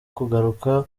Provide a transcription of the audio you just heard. kugaruka